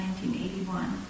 1981